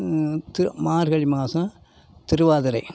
து மார்கழி மாதம் திருவாதிரை